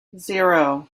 zero